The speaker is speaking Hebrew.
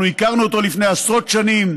אנחנו הכרנו אותו לפני עשרות שנים,